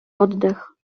oddech